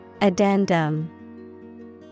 Addendum